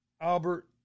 Albert